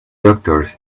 doctors